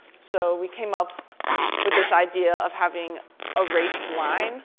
so we came up with this idea of having a race line,